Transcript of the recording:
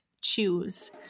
choose